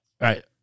Right